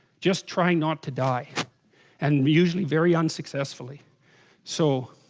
just trying not to die and usually very unsuccessfully so